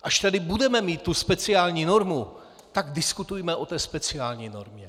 Až tady budeme mít tu speciální normu, tak diskutujme o té speciální normě!